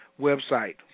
website